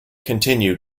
continue